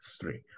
three